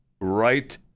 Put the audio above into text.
right